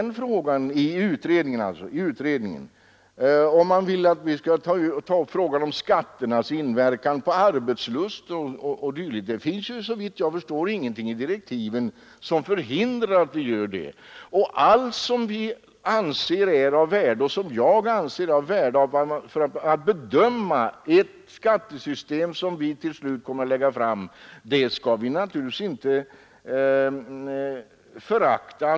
Inte heller finns det, såvitt jag förstår, någonting i direktiven som hindrar att vi tar upp frågan om skatternas inverkan på arbetslust o. d. Allt som jag och utredningens övriga ledamöter anser vara av värde för att bedöma det skattesystem som vi till slut kommer att lägga fram förslag om skall vi naturligtvis ta reda på.